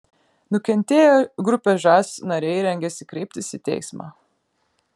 nukentėję grupės žas nariai rengiasi kreiptis į teismą